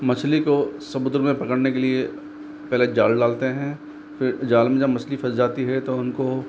मछली को समुद्र में पकड़ने के लिए पहले जाल डालते हैं फिर जाल में जब मछली फंस जाती है तो उनको